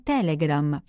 Telegram